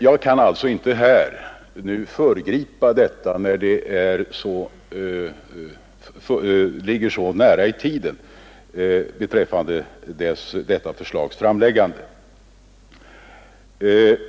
Jag kan alltså inte nu föregripa detta förslag som snart kommer att framläggas.